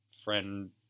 friend